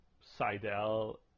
Seidel